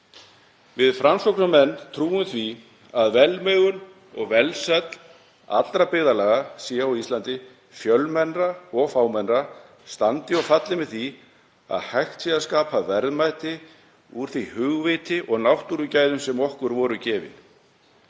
Við Framsóknarmenn trúum því að velmegun og velsæld allra byggðarlaga á Íslandi, fjölmennra og fámennra, standi og falli með því að hægt sé að skapa verðmæti úr því hugviti og náttúrugæðum sem okkur voru gefin.